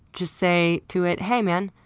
just say to it, hey, man.